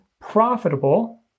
profitable